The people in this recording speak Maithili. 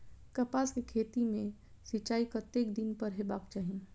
कपास के खेती में सिंचाई कतेक दिन पर हेबाक चाही?